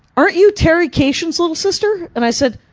aren't you terry kashian's little sister? and i said,